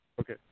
Okay